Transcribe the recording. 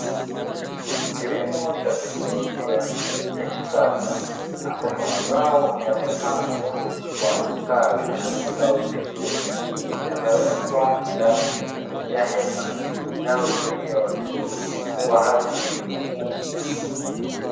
Kilimo cha teknolojia ya kisasa, ambapo mazao yamepandwa kwa mstari na yamestawi vizuri, yamewekwa ndani ya hema linalozuia wadudu waharibifu.